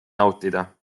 nautida